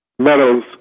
meadows